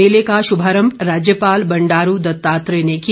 मेले का श्भारंभ राज्यपाल बंडारू दत्तात्रेय ने किया